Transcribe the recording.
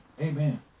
Amen